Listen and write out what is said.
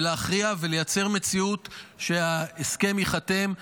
להכריע ולייצר מציאות שבה ההסכם ייחתם,